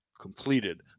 completed